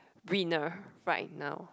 winner right now